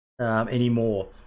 anymore